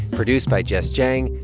produced by jess jiang.